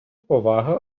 поваги